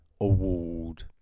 award